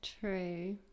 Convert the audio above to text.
true